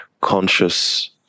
conscious